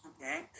Okay